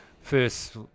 first